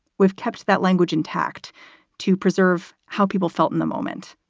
we've kept that language intact to preserve how people felt in the moment